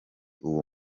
uwo